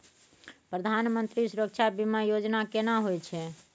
प्रधानमंत्री सुरक्षा बीमा योजना केना होय छै?